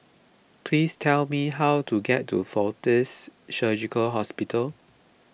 please tell me how to get to fortis Surgical Hospital